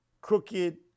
crooked